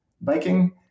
biking